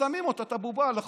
ושמים אותה, את הבובה על החוט.